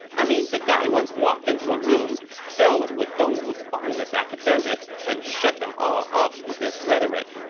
i mean, the guy once walked into a room filled with dongwu's finest academics and shut them all up with his rhetoric.